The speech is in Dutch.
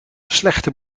slechte